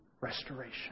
restoration